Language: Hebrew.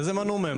איזה מנעו מהם?